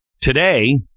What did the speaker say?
today